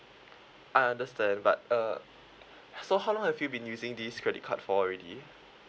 I understand but uh so how long have you been using this credit card for already